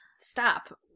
stop